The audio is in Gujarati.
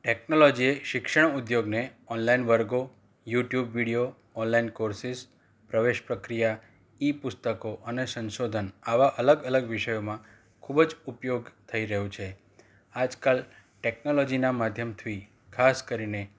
ટેકનોલોજીએ શિક્ષણ ઉદ્યોગને ઓનલાઇન વર્ગો યુટ્યુબ વિડિયો ઓનલાઈન કોર્સીસ પ્રવેશ પ્રક્રિયા ઈ પુસ્તકો અને સંશોધન આવા અલગ અલગ વિષયોમાં ખૂબ જ ઉપયોગ થઈ રહ્યો છે આજકાલ ટેક્નોલોજીનાં માધ્યમથી ખાસ કરીને